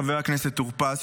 חבר הכנסת טור פז,